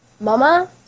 Mama